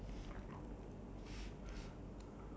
okay can you describe the one that's pushing